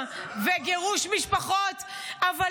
וגירוש משפחות -- זה לא נכון מה שאת אומרת.